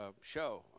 show